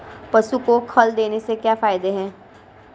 पशु को खल देने से क्या फायदे हैं?